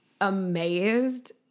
amazed